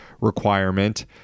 requirement